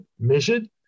measured